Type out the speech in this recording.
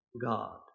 God